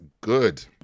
good